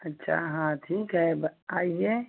अच्छा हाँ ठीक है आइए